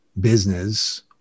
business